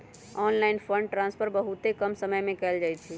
online fund transfer बहुते कम समय में कएल जाइ छइ